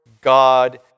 God